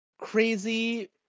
crazy